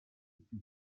più